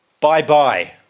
bye-bye